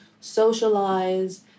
socialize